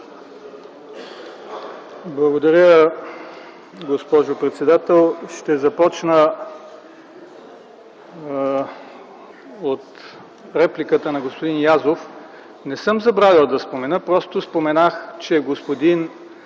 Благодаря, госпожо председател. Ще започна от репликата на господин Язов. Не съм забравил да спомена – просто споменах, че господин